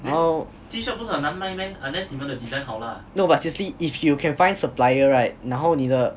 然后 no but seriously if you can find suppliers right 然后你的